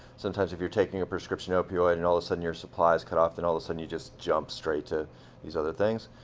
sometimes if you're taking a prescription opioid and all of a sudden your supply's cut off, and all a sudden you just jump straight to these other things.